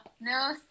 no